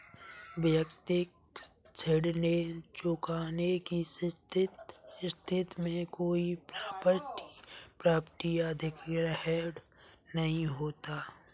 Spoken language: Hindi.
व्यक्तिगत ऋण न चुकाने की स्थिति में कोई प्रॉपर्टी अधिग्रहण नहीं होता